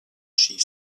chief